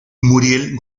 muriel